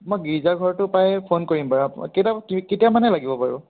মই গীৰ্জা ঘৰটো পাই ফোন কৰিম বাৰু আপোনাক কেইটা কেতিয়া মানে লাগিব বাৰু